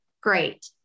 great